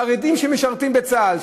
חרדים שמשרתים בצה"ל,